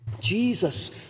jesus